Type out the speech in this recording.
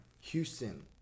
Houston